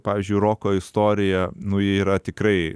pavyzdžiui roko istoriją nu ji yra tikrai